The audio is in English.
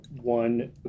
one